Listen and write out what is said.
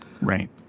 Right